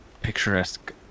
picturesque